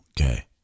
okay